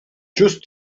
just